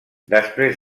després